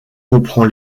comprend